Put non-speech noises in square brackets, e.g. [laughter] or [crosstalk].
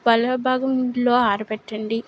[unintelligible] భాగంలో ఆరబెట్టండి